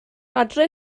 adre